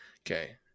Okay